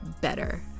better